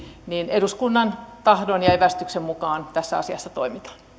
eduskunnan tahdon ja evästyksen mukaan tässä asiassa toimitaan